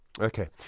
Okay